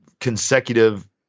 consecutive